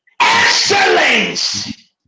excellence